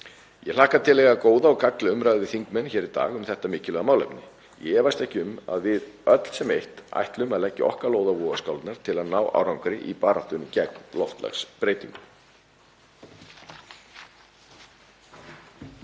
Ég hlakka til að eiga góða og gagnlega umræðu við þingmenn hér í dag um þetta mikilvæga málefni. Ég efast ekki um að við öll sem eitt ætlum að leggja okkar lóð á vogarskálarnar til að ná árangri í baráttunni gegn loftslagsbreytingum.